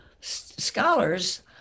scholars